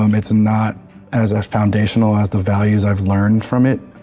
um it's not as foundational as the values i've learned from it,